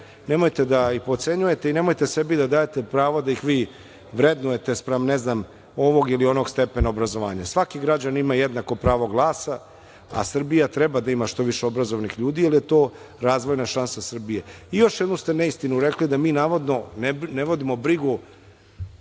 Nemojte da ih potcenjujete i nemojte sebi da dajete pravo da ih vi vrednujete spram ovog ili onog stepena obrazovanja. Svaki građanin ima jednako pravo glasa, a Srbija treba da ima što više obrazovanih ljudi, jer je to razvojna šansa Srbije. Još jednu ste neistinu rekli, da mi navodno ne vodimo brigu